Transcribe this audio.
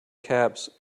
caps